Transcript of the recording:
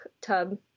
tub